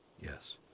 yes